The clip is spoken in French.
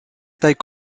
taille